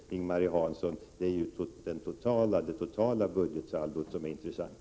Ing-Marie Hansson, det är ju det totala budgetsaldot som är intressant.